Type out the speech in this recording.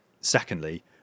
Secondly